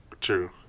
True